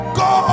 go